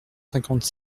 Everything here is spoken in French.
cinquante